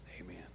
Amen